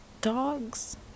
Dogs